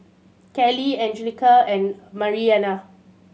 Kelley Angelica and Mariana